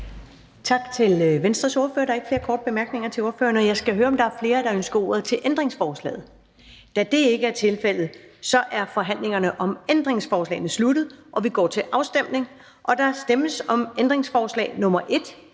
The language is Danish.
Tak til Venstres ordfører. Der er ikke flere korte bemærkninger til ordføreren. Jeg skal høre, om der er flere, der ønsker ordet til forhandlingen om ændringsforslaget. Da det ikke er tilfældet, er forhandlingen om ændringsforslaget sluttet, og vi går til afstemning. Kl. 14:57 Afstemning Første næstformand